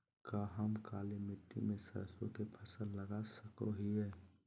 का हम काली मिट्टी में सरसों के फसल लगा सको हीयय?